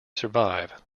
survive